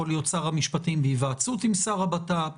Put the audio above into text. יכול להיות שר המשפטים בהיוועצות עם שר הבט"פ.